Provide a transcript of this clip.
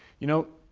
you know,